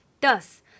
Thus